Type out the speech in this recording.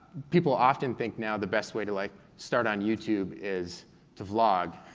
people often think now the best way to like start on youtube is to vlog,